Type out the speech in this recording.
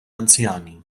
anzjani